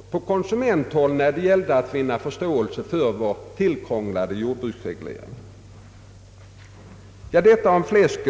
att på konsumenthåll vinna förståelse för vår tillkrånglade jordbruksreglering.